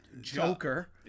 Joker